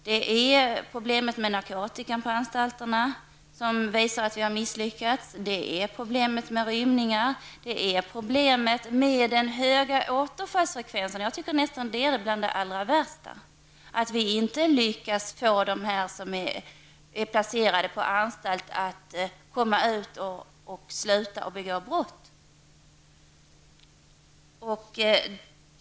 Det är problemen med narkotika på anstalterna som visar att vi har misslyckats, problemen med rymningar och problemen med den höga återfallsfrekvensen -- jag tycker nästan att det är bland det värsta. Vi har inte lyckats att få dem som är placerade på anstalt att sluta att begå brott.